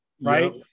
right